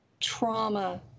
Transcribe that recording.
trauma